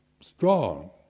strong